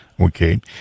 Okay